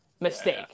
mistake